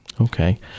Okay